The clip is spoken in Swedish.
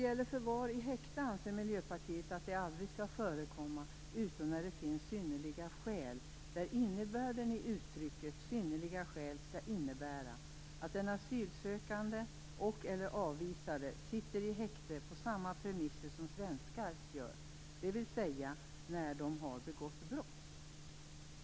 Miljöpartiet anser att förvar i häkte aldrig skall förekomma utom när det finns synnerliga skäl. Innebörden i uttrycket "synnerliga skäl" skall vara att den asylsökande och/eller avvisade sitter i häkte på samma premisser som svenskar, dvs. när de har begått brott.